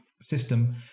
system